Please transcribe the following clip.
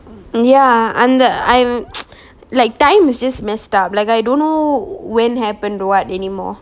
ya and the I'm like time is just messed up like I don't know when happened what anymore